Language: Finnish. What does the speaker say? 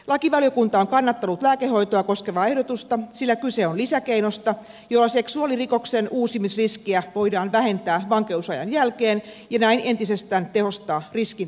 lakivaliokunta on kannattanut lääkehoitoa koskevaa ehdotusta sillä kyse on lisäkeinosta jolla seksuaalirikoksen uusimisriskiä voidaan vähentää vankeusajan jälkeen ja näin entisestään tehostaa riskin vähentämistä